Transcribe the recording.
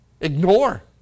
ignore